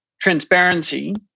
transparency